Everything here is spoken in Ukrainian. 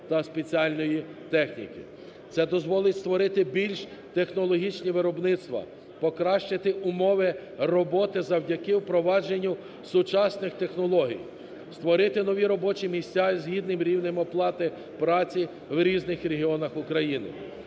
Це дозволить створити більш технологічні виробництва, покращити умови роботи завдяки впровадженню сучасних технологій, створити нові робочі місця із гідним рівнем оплати праці в різних регіонах України.